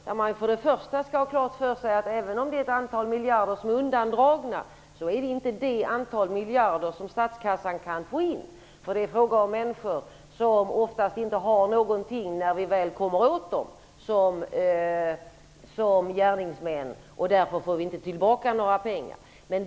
Man skall för det första ha klart för sig att även om ett antal miljarder är undandragna är det inte det antal miljarder som statskassan kan få in. Det är fråga om människor som oftast inte har någonting när vi väl kommer åt dem som gärningsmän, och därför får vi inte tillbaka några pengar.